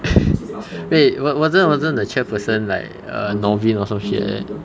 wait wa~ wasn't wasn't the chairperson like err norvin or some shit like that